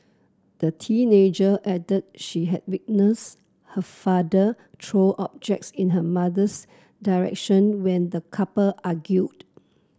the teenager added she had witnessed her father throw objects in her mother's direction when the couple argued